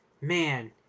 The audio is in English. man